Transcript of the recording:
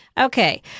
Okay